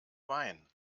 wein